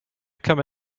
come